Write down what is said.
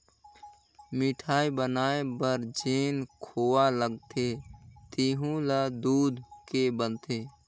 मिठाई बनाये बर जेन खोवा लगथे तेहु ल दूद के बनाथे